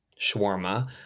shawarma